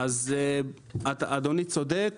אדוני צודק.